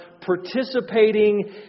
participating